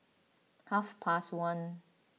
half past one